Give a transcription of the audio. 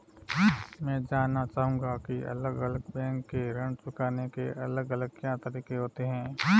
मैं जानना चाहूंगा की अलग अलग बैंक के ऋण चुकाने के अलग अलग क्या तरीके होते हैं?